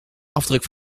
afdruk